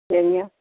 சரிங்க